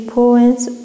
points